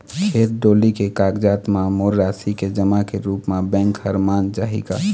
खेत डोली के कागजात म मोर राशि के जमा के रूप म बैंक हर मान जाही का?